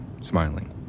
smiling